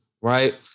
right